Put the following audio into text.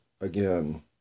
again